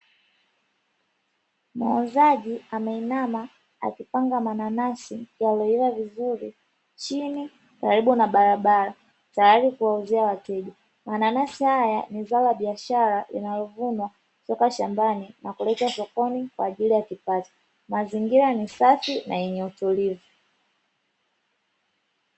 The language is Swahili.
Muuzaji ameinama akipanga mananasi yalioiva vizuri chini karibu na barabara tayari kuwauzia wateja. Mananasi haya ni zao la biashara linalovunwa toka shambani na kuleta sokoni kwa ajili ya kipato, mazingira ni safi na yenye utulivu.